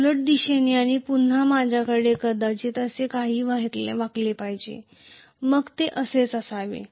उलट दिशेने आणि पुन्हा माझ्याकडे कदाचित असे काही वाकले पाहिजे आणि मग ते असेच असावे